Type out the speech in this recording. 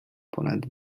ponad